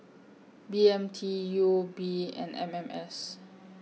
B M T U O B and M M S